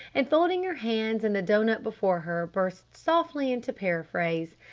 and folding her hands and the doughnut before her burst softly into paraphrase.